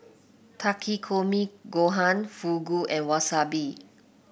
Takikomi Gohan Fugu and Wasabi